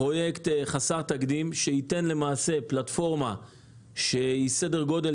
פרויקט חסר תקדים שייתן למעשה פלטפורמה שהיא סדר-גודל